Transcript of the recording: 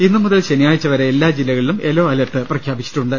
ഇന്നു മുതൽ ശനിയാഴ്ച വരെ എല്ലാ ജില്ലകളിലും യെല്ലോ അലർട്ട് പ്രഖ്യാപിച്ചിട്ടുണ്ട്